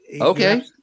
okay